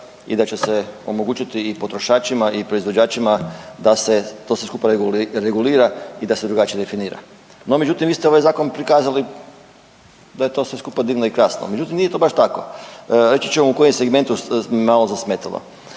i da će se omogućiti i potrošačima i proizvođačima da se to sve skupa regulira i da se drugačije definira. No međutim, vi ste ovaj zakon prikazali da je to sve skupa divno i krasno, međutim, nije to baš tako. Reći ćemo u kojem segmentu me malo zasmetalo.